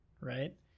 right